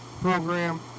program